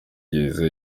gereza